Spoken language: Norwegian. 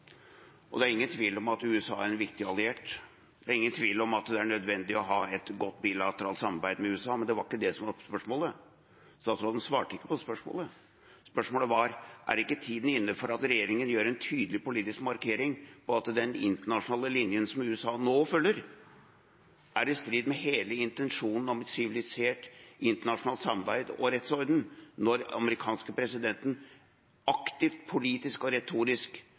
Det er ingen tvil om at USA er en viktig alliert, og det er ingen tvil om at det er nødvendig å ha et godt bilateralt samarbeid med USA. Men det var ikke det som var spørsmålet. Utenriksministeren svarte ikke på spørsmålet. Spørsmålet var: Er ikke tiden inne for at regjeringen gjør en tydelig politisk markering av at den internasjonale linjen som USA nå følger, er i strid med hele intensjonen om et sivilisert internasjonalt samarbeid og rettsorden, når den amerikanske presidenten aktivt – politisk og retorisk